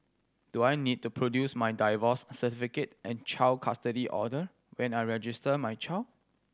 do I need to produce my divorce certificate and child custody order when I register my child